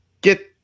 Get